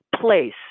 place